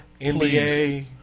NBA